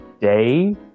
day